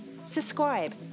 subscribe